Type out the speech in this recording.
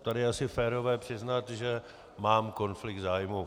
Tady je asi férové přiznat, že mám konflikt zájmů.